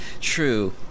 true